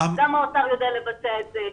גם האוצר יודע לבצע את זה,